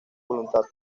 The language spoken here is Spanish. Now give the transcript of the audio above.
voluntad